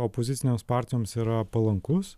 opozicinėms partijoms yra palankus